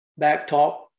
backtalk